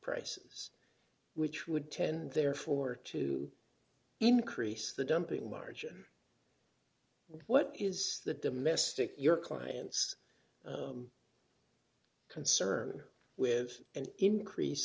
prices which would tend therefore to increase the dumping margin what is the domestic your clients concern with an increase